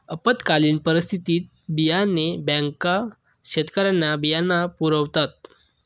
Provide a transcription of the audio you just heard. आपत्कालीन परिस्थितीत बियाणे बँका शेतकऱ्यांना बियाणे पुरवतात